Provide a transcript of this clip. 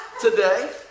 today